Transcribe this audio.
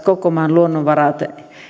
koko maan luonnonvaroja